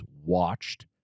watched